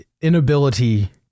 inability